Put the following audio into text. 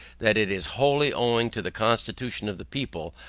that it is wholly owing to the constitution of the people,